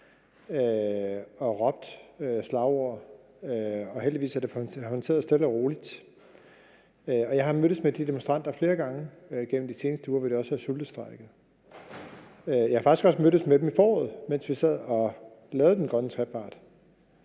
og råbt slagord, og heldigvis er det blevet håndteret stille og roligt. Jeg har mødtes med de demonstranter flere gange igennem de seneste uger, hvor de også har sultestrejket. Jeg har faktisk også mødtes med dem i foråret, mens vi sad og lavede den grønne trepart.